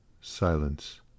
silence